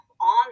on